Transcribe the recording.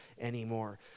anymore